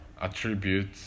attribute